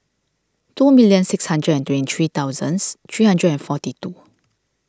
two million six hundred and twenty three thousands three hundred and forty two